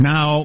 Now